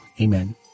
Amen